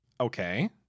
Okay